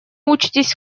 учитесь